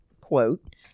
quote